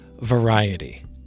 variety